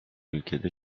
ülkede